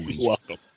Welcome